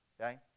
Okay